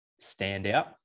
standout